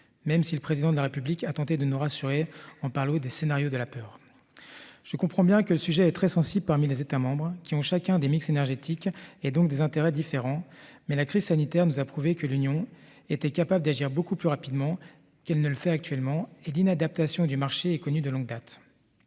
même si le président de la République a tenté de nous rassurer en parle aux des scénarios de la peur. Je comprends bien que le sujet est très sensible parmi les États membres qui ont chacun des mix énergétique et donc des intérêts différents, mais la crise sanitaire nous a prouvé que l'union était capable d'agir beaucoup plus rapidement qu'elle ne le fait actuellement et d'inadaptation du marché est connue de longue date.